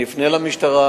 אני אפנה למשטרה,